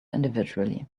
individually